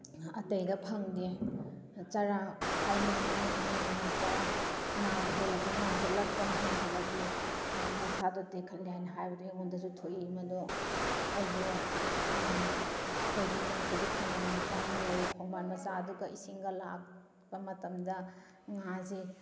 ꯑꯇꯩꯗ ꯐꯪꯗꯦ ꯆꯔꯥ ꯍꯥꯏꯅꯩ ꯃꯤꯅ ꯑꯍꯟꯁꯤꯡꯅ ꯆꯔꯥ ꯅꯥꯝꯃ ꯍꯦꯜꯂꯁꯨ ꯉꯥꯗꯣ ꯂꯛꯄꯅ ꯍꯦꯟꯃꯜꯂꯗꯤ ꯃꯁꯥꯗꯣ ꯇꯦꯛꯈꯠꯂꯤ ꯍꯥꯏꯅ ꯍꯥꯏꯕꯗꯣ ꯑꯩꯉꯣꯟꯗꯁꯨ ꯊꯣꯛꯏ ꯃꯗꯣ ꯑꯩꯁꯨ ꯑꯩꯈꯣꯏꯒꯤ ꯏꯅꯥꯛꯇꯁꯨ ꯈꯣꯡꯕꯥꯟ ꯃꯆꯥ ꯑꯃ ꯂꯩ ꯈꯣꯡꯕꯥꯟ ꯃꯆꯥ ꯑꯗꯨꯒ ꯏꯁꯤꯡꯒ ꯂꯥꯛꯄ ꯃꯇꯝꯗ ꯉꯥꯁꯦ